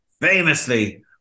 famously